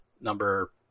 number